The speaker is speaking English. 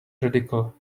radical